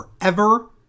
forever